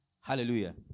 Hallelujah